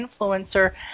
influencer